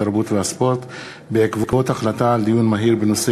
התרבות והספורט בעקבות דיון מהיר בהצעה של חבר הכנסת מסעוד גנאים